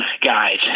guys